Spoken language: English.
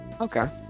Okay